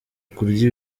kurya